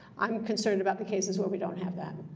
i'm concerned about the cases where we don't have that.